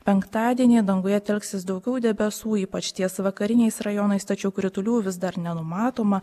penktadienį danguje telksis daugiau debesų ypač ties vakariniais rajonais tačiau kritulių vis dar nenumatoma